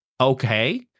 Okay